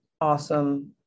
awesome